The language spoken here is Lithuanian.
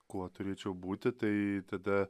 kuo turėčiau būti tai tada